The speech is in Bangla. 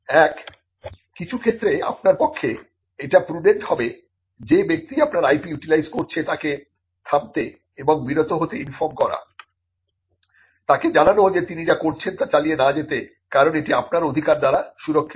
এক কিছু ক্ষেত্রে আপনার পক্ষে এটা প্রুডেন্ট হবে যে ব্যক্তি আপনার IP ইউটিলাইজ করছে তাকে থামতে এবং বিরত হতে ইনফর্ম করা তাকে জানানো যে তিনি যা করছেন তা চালিয়ে না যেতে কারণ এটি আপনার অধিকার দ্বারা সুরক্ষিত